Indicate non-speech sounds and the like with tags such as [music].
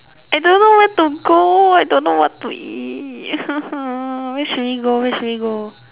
I don't know where to go I don't know what to eat [noise] where should we go where should we go